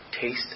taste